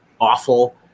awful